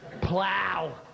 Plow